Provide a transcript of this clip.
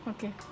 Okay